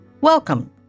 Welcome